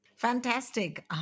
Fantastic